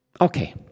okay